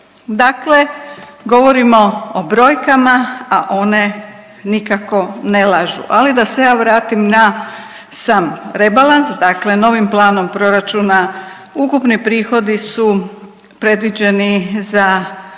Dakle, govorimo o brojkama, a one nikako ne lažu, ali da se ja vratim na sam rebalans. Dakle, novim planom proračuna ukupni prihodi su predviđeni za